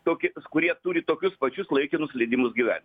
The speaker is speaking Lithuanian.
tokis kurie turi tokius pačius laikinus leidimus gyvent